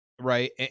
right